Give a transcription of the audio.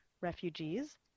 refugees